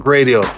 Radio